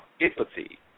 empathy